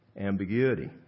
ambiguity